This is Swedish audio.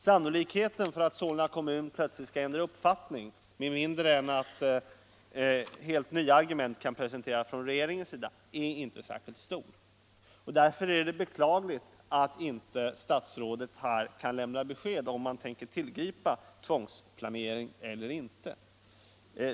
Sannolikheten för att Solna kommun plötsligt skall ändra uppfattning med mindre än att regeringen kan presentera helt nya argument är inte särskilt stor. Därför är det beklagligt att inte statsrådet kan lämna besked, om regeringen tänker tillgripa tvångsplacering eller inte.